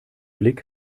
blick